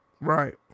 Right